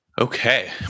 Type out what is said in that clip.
Okay